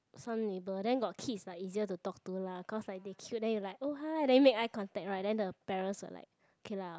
some neighbour then got kids like easier to talk to lah cause like they cute then you like oh hi then make eye contact right then the parents will like okay lah